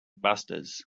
busters